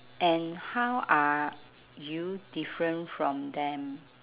and how are you different from them